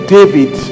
David